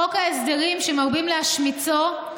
חוק ההסדרים, שמרבים להשמיצו,